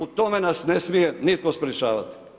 U tom nas ne smije nitko sprečavati.